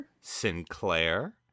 sinclair